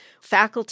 faculty